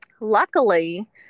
Luckily